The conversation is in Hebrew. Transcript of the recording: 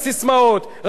ראינו את האלימות,